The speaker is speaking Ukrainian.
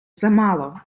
замало